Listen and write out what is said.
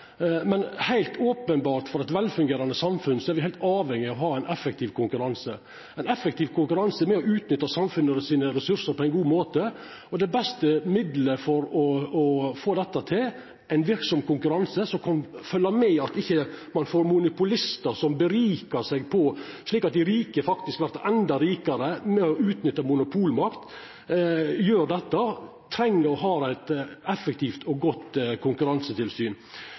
men det er heilt openbert for eit velfungerande samfunn at me er avhengige av å ha ein effektiv konkurranse, ein effektiv konkurranse for å utnytta samfunnet sine ressursar på ein god måte. Det beste midlet for å få dette til er ein verksam konkurranse som kan følgja med, slik at ein ikkje får monopolistar som berikar seg, slik at dei rike vert endå rikare ved å utnytta monopolmakt, og då treng ein å ha eit effektivt og godt konkurransetilsyn.